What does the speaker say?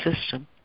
system